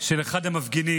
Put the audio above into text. של אחד המפגינים.